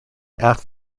after